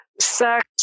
sex